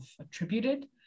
attributed